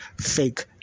fake